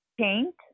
paint